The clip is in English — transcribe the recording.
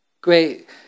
Great